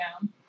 down